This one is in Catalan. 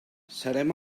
serem